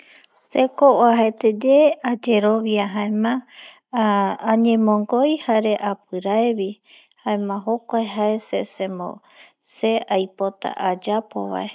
Seko uajaete ye ayerobia, añenbogoi jare apirae bi jaema jokuae jae se aipota ayapo bae